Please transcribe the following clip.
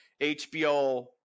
HBO